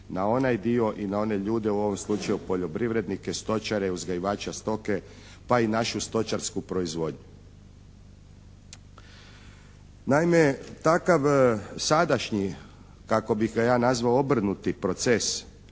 na onaj dio i na ljude u ovom slučaju poljoprivrednike, stočara, uzgajivače stoke, pa i našu stočarsku proizvodnju. Naime, takav sadašnji kako bih ja nazvao obrnuti proces